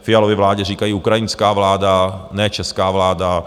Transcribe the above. Fialově vládě říkají ukrajinská vláda, ne česká vláda.